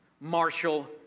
Marshall